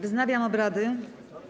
Wznawiam obrady.